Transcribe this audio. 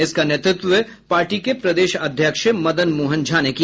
इसका नेतृत्व पार्टी के प्रदेश अध्यक्ष मदन मोहन झा ने किया